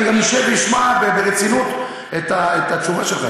אני גם אשב ואשמע ברצינות את התשובה שלך,